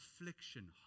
affliction